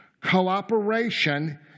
Cooperation